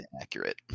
accurate